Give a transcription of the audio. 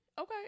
okay